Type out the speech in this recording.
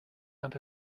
and